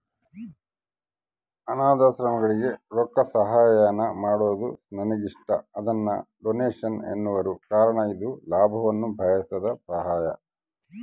ಅನಾಥಾಶ್ರಮಗಳಿಗೆ ರೊಕ್ಕಸಹಾಯಾನ ಮಾಡೊದು ನನಗಿಷ್ಟ, ಅದನ್ನ ಡೊನೇಷನ್ ಎನ್ನುವರು ಕಾರಣ ಇದು ಲಾಭವನ್ನ ಬಯಸದ ಸಹಾಯ